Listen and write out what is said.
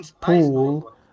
pool